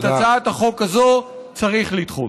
את הצעת החוק הזו צריך לדחות.